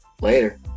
Later